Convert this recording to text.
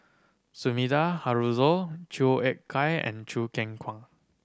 Sumida Haruzo Chua Ek Kay and Choo Keng Kwang